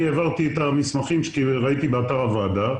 את המסמכים ראיתי באתר הוועדה.